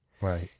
Right